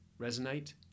resonate